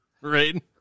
Right